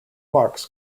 marks